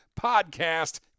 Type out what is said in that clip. podcast